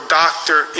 doctor